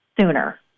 sooner